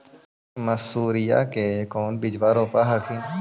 मसुरिया के कौन सा बिजबा रोप हखिन?